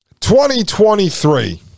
2023